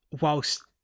Whilst